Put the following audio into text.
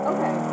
Okay